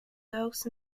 dogs